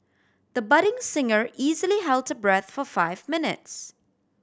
the budding singer easily held her breath for five minutes